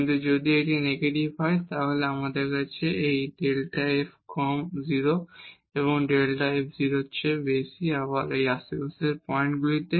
কিন্তু যদি এটি নেগেটিভ হয় তাহলে আমাদের কাছে এই Δ f কম 0 এবং ডেল্টা f 0 এর চেয়ে বেশি আবার আশেপাশের পয়েন্টগুলিতে